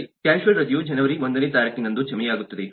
ಸರಿ ಕ್ಯಾಶುವಲ್ ರಜೆಯು ಜನವರಿ ಒಂದನೇ ತಾರೀಕಿನಂದು ಜಮೆಯಾಗುತ್ತದೆ